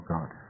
God